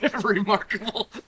Remarkable